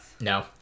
No